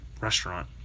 restaurant